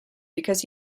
because